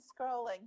scrolling